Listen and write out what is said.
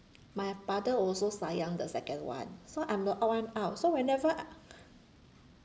my father also sayang the second one so I'm the odd one out so whenever uh